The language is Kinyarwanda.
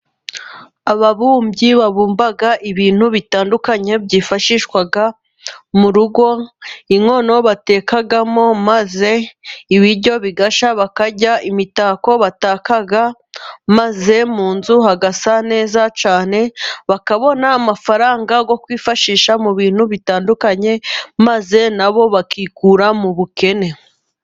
Ababumbyi babumba ibintu bitandukanye byifashishwa mu rugo. Inkono batekamo maze ibiryo bigashya bakarya. Imitako bataka maze mu nzu hagasa neza cyane, bakabona amafaranga yo kwifashisha mu bintu bitandukanye, maze na bo bakikura mu bukene.